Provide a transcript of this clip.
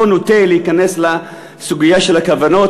לא נוטה להיכנס לסוגיה של הכוונות,